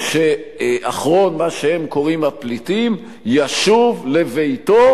שאחרון מה שהם קוראים הפליטים ישוב לביתו,